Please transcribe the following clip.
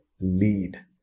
lead